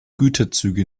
güterzüge